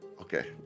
okay